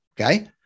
Okay